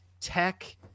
tech